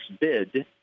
bid